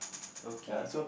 okay